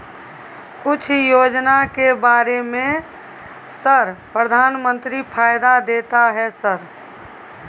कुछ योजना के बारे में सर प्रधानमंत्री फायदा देता है सर?